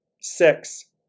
Six